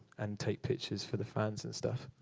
and take pictures for the fans and stuff.